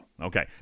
Okay